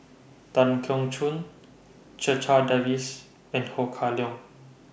Tan Keong Choon Checha Davies and Ho Kah Leong